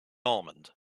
almond